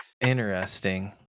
Interesting